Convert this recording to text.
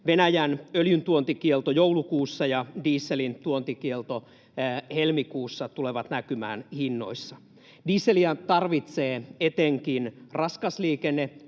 Venäjän öljyntuontikielto joulukuussa ja dieselin tuontikielto helmikuussa tulevat näkymään hinnoissa. Dieseliä tarvitsee etenkin raskas liikenne,